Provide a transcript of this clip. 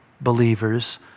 believers